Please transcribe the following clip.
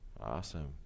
Awesome